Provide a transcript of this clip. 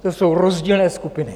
To jsou rozdílné skupiny.